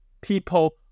people